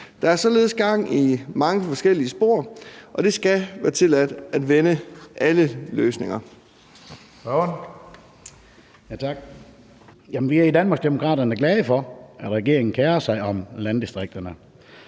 Der er således gang i mange forskellige spor, og det skal være tilladt at vende alle løsninger.